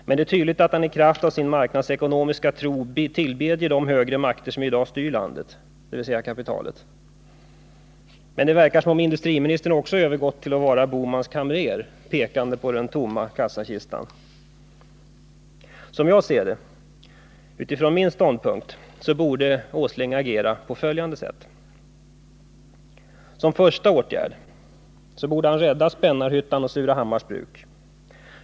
Men det är tydligt att han i kraft av sin marknadsekonomiska tro tillbedjer de högre makter som i dag styr vårt land, dvs. kapitalet. Det verkar som om industriministern också övergått till att vara herr Bohmans kamrer, pekande på den tomma kassakistan. Som jag ser det — utifrån min ståndpunkt — borde Nils Åsling agera på följande sätt: Som första åtgärd: Rädda Spännarhyttan och Surahammars Bruk!